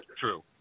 True